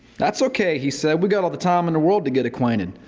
that's okay, he said. we got all the time in the world to get acquainted.